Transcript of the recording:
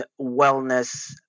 wellness